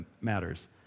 matters